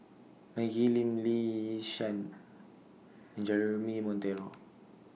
Maggie Lim Lee Yi Shyan and Jeremy Monteiro